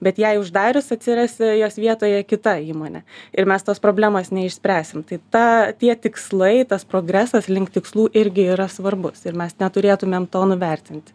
bet jai uždarius atsiras jos vietoje kita įmonė ir mes tos problemos neišspręsim tai tą tie tikslai tas progresas link tikslų irgi yra svarbus ir mes neturėtumėm to nuvertinti